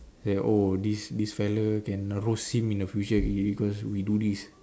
say oh this this fella can roast him in the future already because we do this